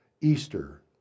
Easter